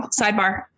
sidebar